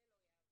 זה לא יעבור.